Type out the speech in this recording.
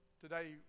Today